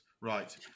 Right